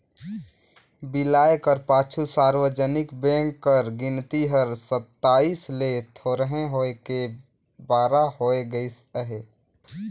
बिलाए कर पाछू सार्वजनिक बेंक कर गिनती हर सताइस ले थोरहें होय के बारा होय गइस अहे